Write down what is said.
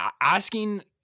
asking